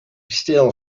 still